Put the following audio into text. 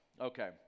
okay